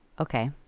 Okay